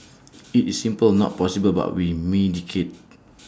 IT is simply not possible but we mitigate